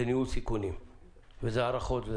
זה ניהול סיכונים וזה הערכות,